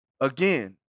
again